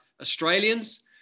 Australians